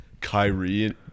Kyrie